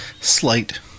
slight